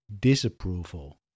disapproval